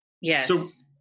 Yes